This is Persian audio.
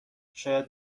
شاید